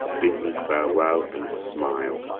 bid me farewell, and smile.